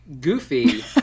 goofy